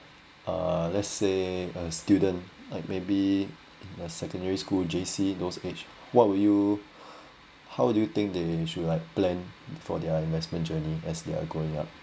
uh let's say a student like maybe your secondary school J_C those age what will you how do you think they should like plan for their investment journey as they're growing up